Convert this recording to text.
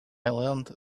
learned